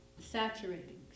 saturating